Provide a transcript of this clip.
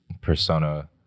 persona